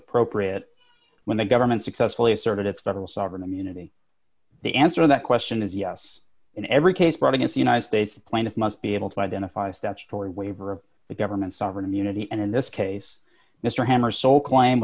appropriate when the government successfully asserted its federal sovereign immunity the answer to that question is yes in every case brought against the united states the plaintiff must be able to identify a statutory waiver of the government's sovereign immunity and in this case mr hemmer so claim